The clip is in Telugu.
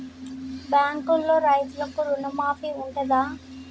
బ్యాంకులో రైతులకు రుణమాఫీ ఉంటదా?